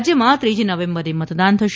રાજ્યમાં ત્રીજી નવેમ્બરે મતદાન થશે